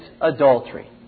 adultery